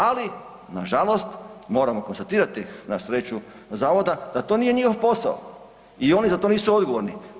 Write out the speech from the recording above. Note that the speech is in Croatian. Ali nažalost, moramo konstatirati na sreću zavoda da to nije njihov posao i oni za to nisu odgovorni.